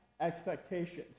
expectations